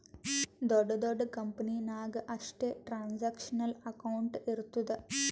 ದೊಡ್ಡ ದೊಡ್ಡ ಕಂಪನಿ ನಾಗ್ ಅಷ್ಟೇ ಟ್ರಾನ್ಸ್ಅಕ್ಷನಲ್ ಅಕೌಂಟ್ ಇರ್ತುದ್